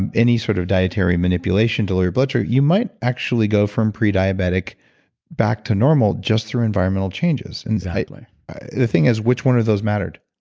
and any sort of dietary manipulation to your blood sugar, you might actually go from prediabetic back to normal just through environmental changes. and the thing is, which one of those mattered?